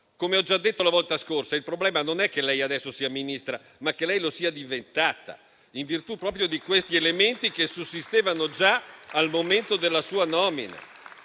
Come ho già detto la volta scorsa, il problema non è che lei adesso sia Ministra, ma che lo sia diventata, in virtù proprio di questi elementi che sussistevano già al momento della sua